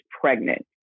pregnant